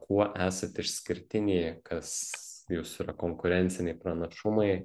kuo esat išskirtiniai kas jūsų yra konkurenciniai pranašumai